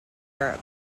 europe